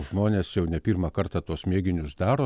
žmonės jau ne pirmą kartą tuos mėginius daro